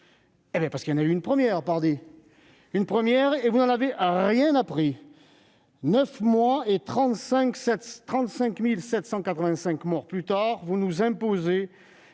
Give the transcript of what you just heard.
? Parce qu'il y en a eu une première, pardi ! Une première, et vous n'en avez rien appris : neuf mois et 35 785 morts plus tard, vous nous imposez